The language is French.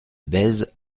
bèze